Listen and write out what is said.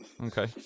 Okay